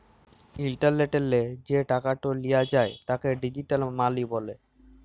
ইলটারলেটলে যে টাকাট লিয়া যায় তাকে ডিজিটাল মালি ব্যলে